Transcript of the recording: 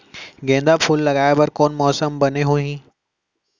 गेंदा फूल लगाए बर कोन मौसम बने होही?